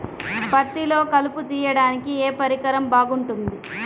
పత్తిలో కలుపు తీయడానికి ఏ పరికరం బాగుంటుంది?